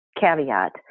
caveat